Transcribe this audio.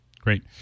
Great